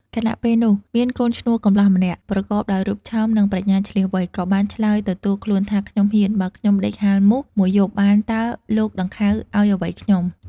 ខណៈពេលនោះ មានកូនឈ្នួលកំលោះម្នាក់ ប្រកបដោយរូបឆោម និងប្រាជ្ញាឈ្លាសវៃ ក៏បានឆ្លើយទទួលខ្លួនថា "ខ្ញុំហ៊ាន" បើខ្ញុំដេកហាលមូស ១ យប់បាន តើលោក ដង្ខៅឲ្យអ្វីខ្ញុំ។